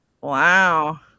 Wow